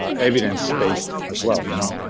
ah evidence-based as well, you know,